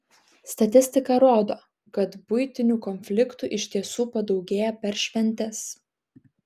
statistika rodo kad buitinių konfliktų iš tiesų padaugėja per šventes